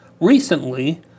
recently